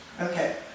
Okay